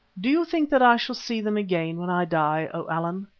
do you think that i shall see them again when i die, o allan?